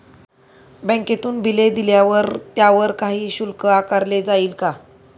बँकेतून बिले दिल्यावर त्याच्यावर काही शुल्क आकारले जाईल का?